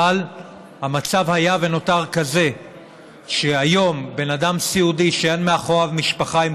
אבל המצב היה ונותר כזה שהיום בן אדם סיעודי שאין מאחוריו משפחה עם